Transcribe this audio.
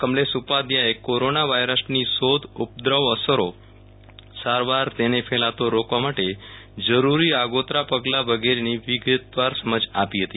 કમલેશ ઉપાધ્યાયે કોરોના વાયરસની શોધ ઉદ્વવ અસરો સારવાર તેને ફેલાતો રોકવા માટે જરૂરી આગોતરા પગલા વગેરની વિગતવાર સમજ આપી હતી